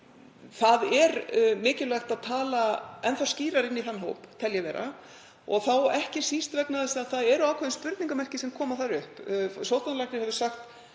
Það er mikilvægt að tala enn skýrar inn í þann hóp, tel ég vera, og þá ekki síst vegna þess að það eru ákveðin spurningarmerki sem koma þar upp. Sóttvarnalæknir hefur sagt